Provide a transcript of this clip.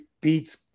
beats